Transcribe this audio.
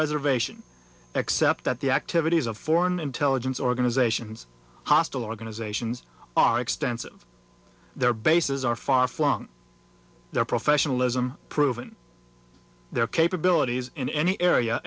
reservation except that the activities of foreign intelligence organizations hostile organizations are extensive their bases are far flung their professionalism proven their capabilities in any area